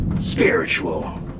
spiritual